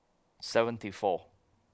seventy four